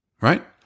right